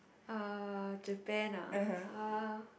uh Japan ah uh